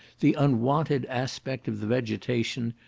the unwonted aspect of the vegetation,